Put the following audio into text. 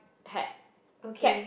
hat cap